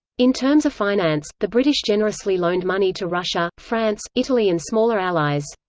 in terms of finance, the british generously loaned money to russia, france, italy and smaller allies.